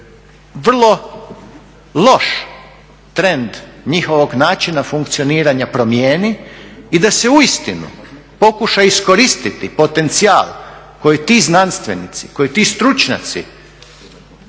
vrlo loš trend njihovog načina funkcioniranja promijeni i da se uistinu pokuša iskoristiti potencijal koji ti znanstvenici, koji ti stručnjaci